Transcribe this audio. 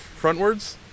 frontwards